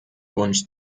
wunsch